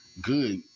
good